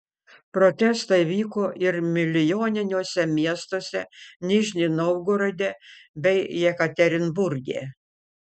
protestai vyko ir milijoniniuose miestuose nižnij novgorode bei jekaterinburge